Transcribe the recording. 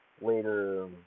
later